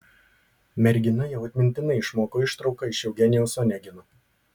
mergina jau atmintinai išmoko ištrauką iš eugenijaus onegino